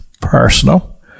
personal